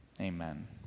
Amen